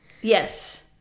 yes